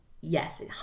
yes